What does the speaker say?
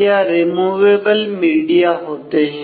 media होते हैं